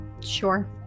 Sure